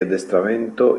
addestramento